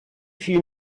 viel